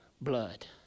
blood